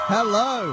Hello